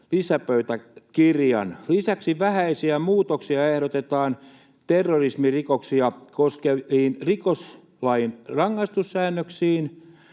lisäpöytäkirjan. Lisäksi vähäisiä muutoksia ehdotetaan terrorismirikoksia koskeviin rikoslain rangaistussäännöksiin.